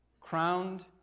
crowned